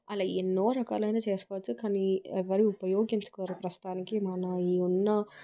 అలా ఎన్నో రకాలైన చేసుకోవచ్చు కానీ ఎవరు ఉపయోగించుకోరు ప్రస్తుతానికి మన ఈ ఉన్న